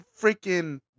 freaking